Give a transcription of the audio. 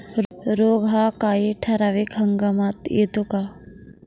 रोग हा काही ठराविक हंगामात येतो का?